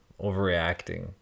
overreacting